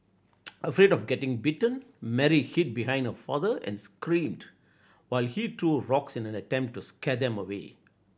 afraid of getting bitten Mary hid behind her father and screamed while he threw rocks in an attempt to scare them away